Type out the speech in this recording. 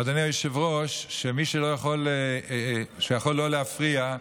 אדוני היושב-ראש, שמי שיכול לא להפריע,